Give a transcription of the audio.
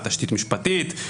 תשתית משפטית,